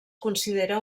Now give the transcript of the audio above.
considera